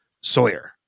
Sawyer